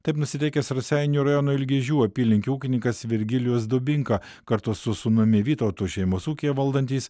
taip nusiteikęs raseinių rajono ilgižių apylinkių ūkininkas virgilijus dubinka kartu su sūnumi vytautu šeimos ūkyje valdantys